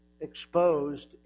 exposed